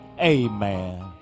amen